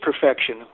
perfection